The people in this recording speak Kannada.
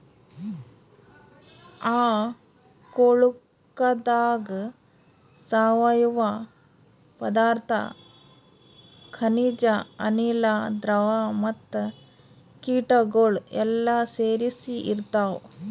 ಆ ಕೊಳುಕದಾಗ್ ಸಾವಯವ ಪದಾರ್ಥ, ಖನಿಜ, ಅನಿಲ, ದ್ರವ ಮತ್ತ ಕೀಟಗೊಳ್ ಎಲ್ಲಾ ಸೇರಿಸಿ ಇರ್ತಾವ್